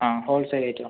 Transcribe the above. ആ ഹോൾസെയിൽ ആയിട്ടോ